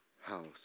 house